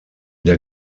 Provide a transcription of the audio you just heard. der